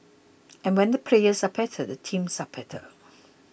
and when the players are better the teams are better